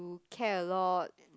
care a lot